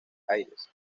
aires